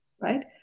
right